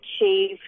achieve